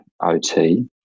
OT